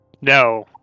No